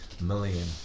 million